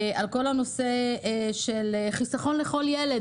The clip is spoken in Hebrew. כל הנושא של חיסכון לכל ילד,